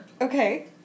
Okay